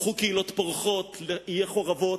הפכו קהילות פורחות לעיי חורבות,